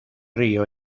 río